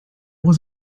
was